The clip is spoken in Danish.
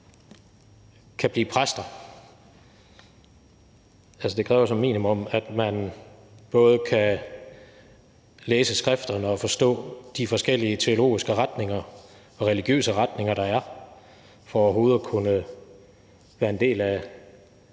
kan blive præst. Det kræver som minimum, at man både kan læse skrifterne og forstå de forskellige teologiske retninger og religiøse retninger, der er, for overhovedet at kunne være en del af